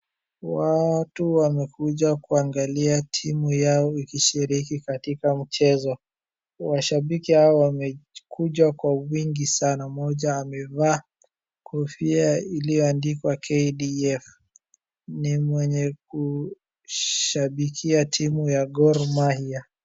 Watu wamekuja kuangalia timu yao ikishiriki katika mchezo. Washambiki hao wamekuja kwa wingi sana, mmoja amevaa kofia ilioandikwa KDF. Ni mwenye kushabikia timu ya Gor Mahia.